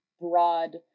broad